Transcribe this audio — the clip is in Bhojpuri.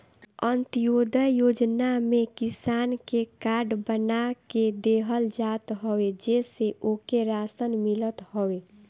अन्त्योदय योजना में किसान के कार्ड बना के देहल जात हवे जेसे ओके राशन मिलत हवे